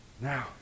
Now